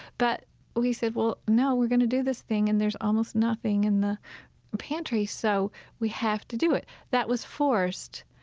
but we said, well, no, we're going to do this thing. and there's almost nothing in the pantry, so we have to do it that was forced,